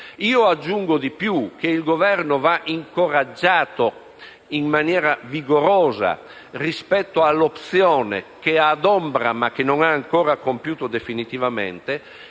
Aggiungo di più: il Governo va incoraggiato in maniera vigorosa rispetto all'opzione - che adombra, ma che non ha ancora compiuto definitivamente